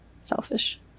selfish